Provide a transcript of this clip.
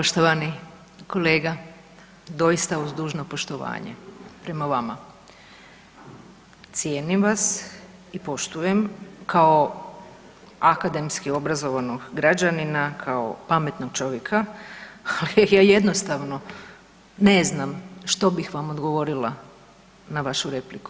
Poštovani kolega, doista uz dužno poštovanje prema vama, cijenim vas i poštujem kao akademski obrazovanog građanina, kao pametnog čovjeka, ali ja jednostavno ne znam što bih vam odgovorila na vašu repliku.